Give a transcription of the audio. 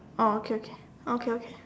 oh okay okay okay okay